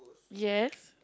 yes